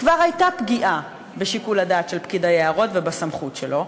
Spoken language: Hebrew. כבר הייתה פגיעה בשיקול הדעת של פקיד היערות ובסמכות שלו,